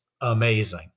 amazing